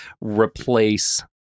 replace